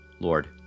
Lord